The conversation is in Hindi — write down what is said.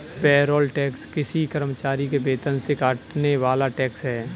पेरोल टैक्स किसी कर्मचारी के वेतन से कटने वाला टैक्स है